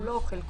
כולו או חלקו,